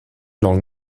langue